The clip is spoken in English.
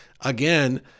again